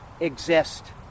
exist